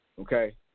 okay